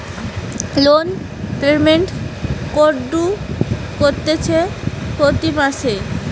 loan payment কুরঢ হতিছে প্রতি মাসে